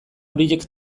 horiek